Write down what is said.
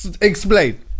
Explain